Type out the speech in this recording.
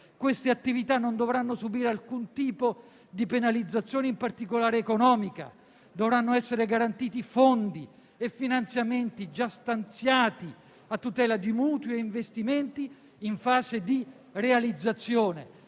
Queste attività non dovranno subire alcun tipo di penalizzazione, in particolare economica. Dovranno essere garantiti fondi e finanziamenti già stanziati a tutela di mutui e investimenti in fase di realizzazione».